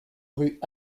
rue